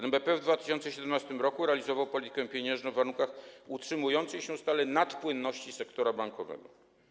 NBP w 2017 r. realizował politykę pieniężną w warunkach utrzymującej się stale nadpłynności sektora bankowego.